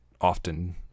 often